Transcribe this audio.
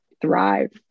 thrive